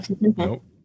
Nope